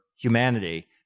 humanity